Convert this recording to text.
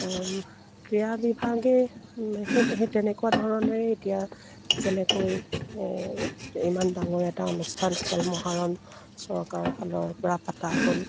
ক্ৰীড়া বিভাগে সেই সেই তেনেকুৱা ধৰণৰে এতিয়া যেনেকৈ ইমান ডাঙৰ এটা অনুষ্ঠান খেল মহাৰণ চৰকাৰৰ ফালৰ পৰা পাতা হ'ল